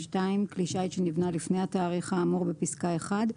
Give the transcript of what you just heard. כלי שיט שנבנה לפני התאריך האמור בפסקה (1),